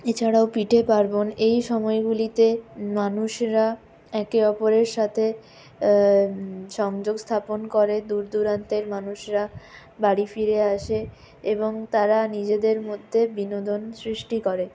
এছাড়াও পিঠে পার্বন এই সময়গুলিতে মানুষরা একে অপরের সাথে সংযোগ স্থাপন করে দূর দুরান্তের মানুষেরা বাড়ি ফিরে আসে এবং তারা নিজেদের মধ্যে বিনোদন সৃষ্টি করে